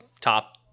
top